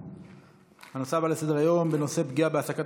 הצעות לסדר-היום בנושא: פגיעה בהעסקת